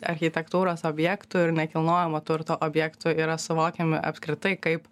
architektūros objektų ir nekilnojamo turto objektų yra suvokiami apskritai kaip